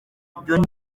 ibyo